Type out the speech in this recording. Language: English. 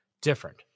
different